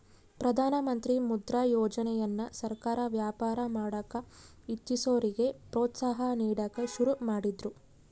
ಪ್ರಧಾನಮಂತ್ರಿ ಮುದ್ರಾ ಯೋಜನೆಯನ್ನ ಸರ್ಕಾರ ವ್ಯಾಪಾರ ಮಾಡಕ ಇಚ್ಚಿಸೋರಿಗೆ ಪ್ರೋತ್ಸಾಹ ನೀಡಕ ಶುರು ಮಾಡಿದ್ರು